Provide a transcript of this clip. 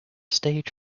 stage